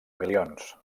milions